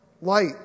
light